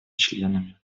членами